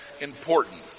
important